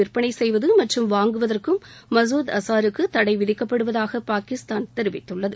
விற்பனை செய்வது மற்றும் வாங்குவதற்கும் மசூத் ஆயுதங்கள் அஸாருக்கு தடைவிதிக்கப்படுவதாக பாகிஸ்தான் தெரிவித்துள்ளது